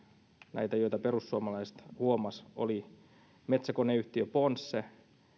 näitä joita perussuomalaiset huomasivat oli metsäkoneyhtiö ponsse